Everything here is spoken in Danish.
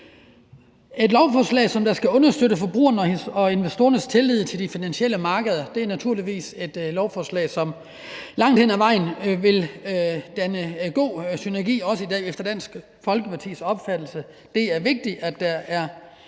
et lovforslag, som skal understøtte forbrugernes og investorernes tillid til de finansielle markeder. Det er naturligvis et lovforslag, som langt hen ad vejen vil danne god synergi, også efter Dansk Folkepartis opfattelse. Det er vigtigt, at der er